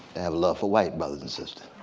have love for white brothers and sisters.